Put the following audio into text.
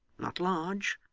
not large,